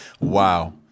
Wow